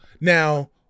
now